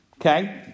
Okay